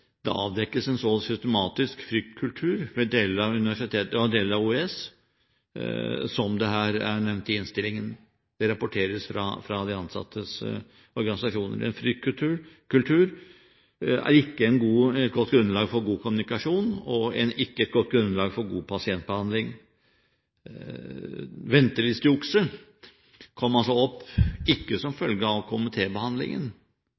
det avdekkes en så systematisk fryktkultur ved deler av OUS som det er nevnt i innstillingen, og som rapporteres fra de ansattes organisasjoner. En fryktkultur er ikke et godt grunnlag for god kommunikasjon og heller ikke et godt grunnlag for god pasientbehandling. Ventelistejukset kom opp ikke som